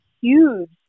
huge